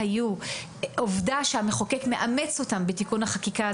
עובדה שהמחוקק מאמץ אותם בתיקון החקיקה,